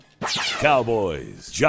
Cowboys